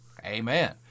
Amen